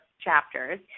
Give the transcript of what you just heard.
chapters